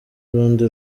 urundi